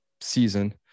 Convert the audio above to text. season